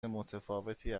متفاوتی